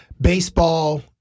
baseball